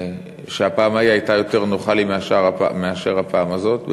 שהפעם ההיא הייתה יותר נוחה לי מאשר הפעם הזאת,